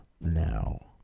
now